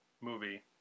movie